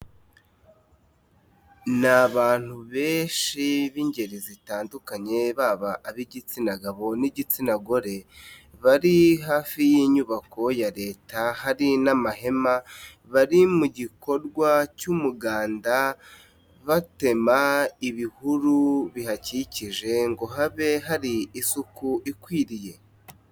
Ni abantu benshi b'ingeri zitandukanye, baba ab'igitsina gabo n'igitsina gore, bari hafi y'inyubako ya Leta, hari n'amahema, bari mu gikorwa cy'umuganda batema ibihuru bihakikije ngo habe hari isuku ikwiriye.